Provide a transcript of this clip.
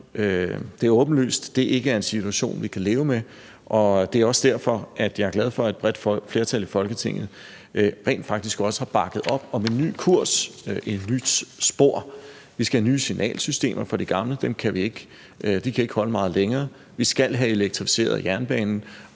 Det er åbenlyst, at det ikke er en situation, vi kan leve med, og det er også derfor, jeg er glad for, at et bredt flertal i Folketinget rent faktisk har bakket op om en ny kurs, et nyt spor. Vi skal have nye signalsystemer, for de gamle kan ikke holde meget længere, vi skal have elektrificeret jernbanen,